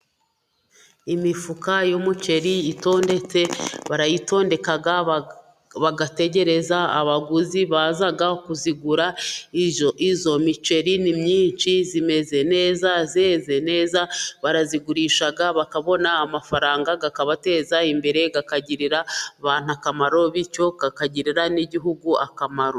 Imifuka y'umuceri itondetse barayitondeka, bagategereza abaguzi baza kuzigura, izo izo miceri ni myinshi zimeze neza, zeze neza, barazigurisha bakabona amafaranga akabateza imbere, akagirira abantu akamaro bityo kakagirira n'igihugu akamaro.